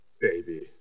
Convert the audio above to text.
baby